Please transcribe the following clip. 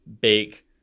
bake